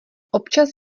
občas